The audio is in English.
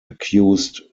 accused